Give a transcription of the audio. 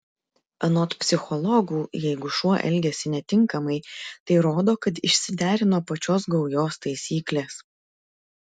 anot psichologų jeigu šuo elgiasi netinkamai tai rodo kad išsiderino pačios gaujos taisyklės